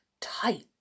tight